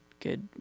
Good